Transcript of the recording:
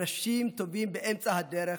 אנשים טובים באמצע הדרך,